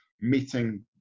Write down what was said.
meeting